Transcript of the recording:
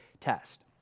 test